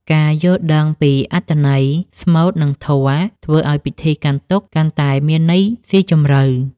ការយល់ដឹងពីអត្ថន័យស្មូត និងធម៌ ធ្វើឱ្យពិធីកាន់ទុក្ខកាន់តែមានន័យស៊ីជម្រៅ។